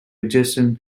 adjacent